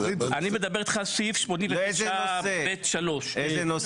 אני מדבר איתך על סעיף 89 ב' 3. איזה נושא?